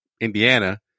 Indiana